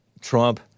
Trump